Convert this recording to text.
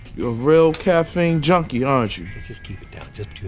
you're a real caffeine junkie, aren't you. just keep it